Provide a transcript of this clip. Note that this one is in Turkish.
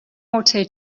ortaya